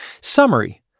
Summary